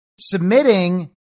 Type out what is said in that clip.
submitting